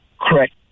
Correct